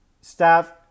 Staff